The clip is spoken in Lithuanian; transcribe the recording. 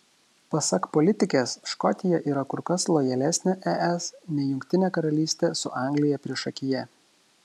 pasak politikės škotija yra kur kas lojalesnė es nei jungtinė karalystė su anglija priešakyje